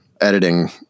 editing